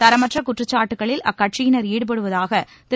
தரமற்ற குற்றச்சாட்டுகளில் அக்கட்சியினர் ஈடுபடுவதாக திரு